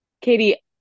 Katie